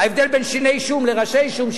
ההבדל בין שיני שום לראשי שום,